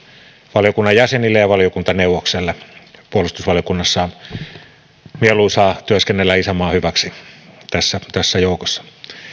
valiokunnan jäsenille ja valiokuntaneuvokselle puolustusvaliokunnassa on mieluisaa työskennellä isänmaan hyväksi tässä tässä joukossa